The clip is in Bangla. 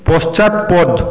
পশ্চাৎপদ